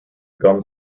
gum